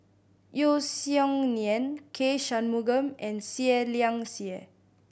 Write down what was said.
Yeo Song Nian K Shanmugam and Seah Liang Seah